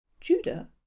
Judah